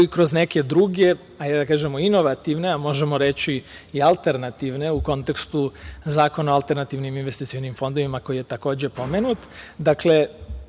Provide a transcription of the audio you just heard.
i kroz neke druge, da kažemo inovativne, a možemo reći i alternativne, u kontekstu Zakona o alternativnim investicionim fondovima, koji je takođe pomenut. Dakle,